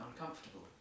uncomfortable